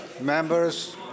members